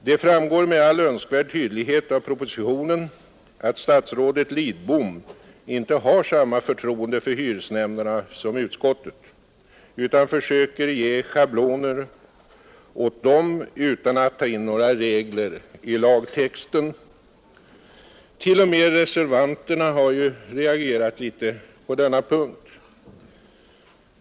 Det framgår med all önskvärd tydlighet av propositionen att statsrådet Lidbom inte har samma förtroende för hyresnämnderna som utskottet utan försöker ge schabloner åt dem utan att ta in några regler i lagtexten. Till och med reservanterna har ju reagerat litet på denna punkt.